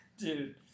Dude